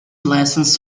lessons